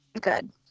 Good